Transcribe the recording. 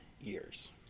years